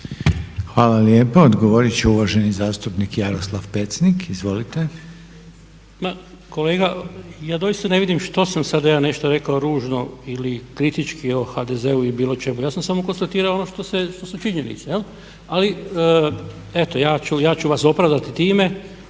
Hvala lijepo. Odgovorit će uvaženi zastupnik Jaroslav Pecnik. Izvolite.